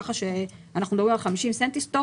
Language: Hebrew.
ככה שאנו מדברים על 50 סנטיסטוק,